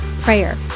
prayer